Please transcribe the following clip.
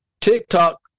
TikTok